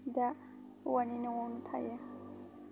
दा हौवानि न'आवनो थायो